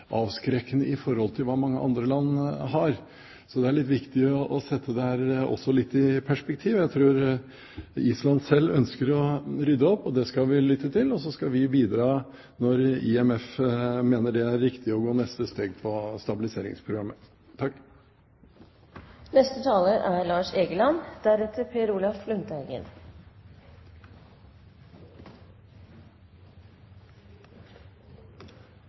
sette dette litt i perspektiv. Jeg tror Island selv ønsker å rydde opp, det skal vi lytte til, og så skal vi bidra når IMF mener det er riktig å gå neste steg i stabiliseringsprogrammet.